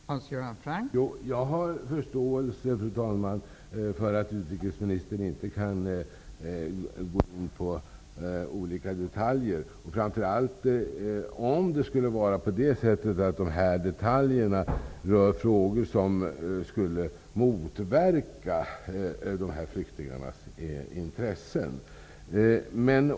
Fru talman! Jag har förståelse för att utrikesministern inte kan gå in på olika detaljer, framför allt om dessa detaljer rör frågor som skulle motverka flyktingarnas intressen.